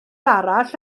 arall